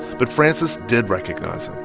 but frances did recognize him,